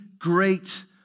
Great